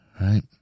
right